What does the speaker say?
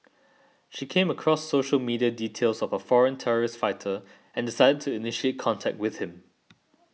she came across social media details of a foreign terrorist fighter and decided to initiate contact with him